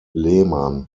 lehmann